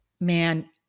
Man